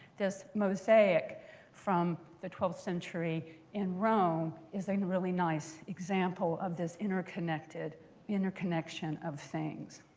this mosaic from the twelfth century in rome is a really nice example of this interconnection interconnection of things.